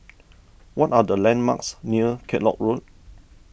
what are the landmarks near Kellock Road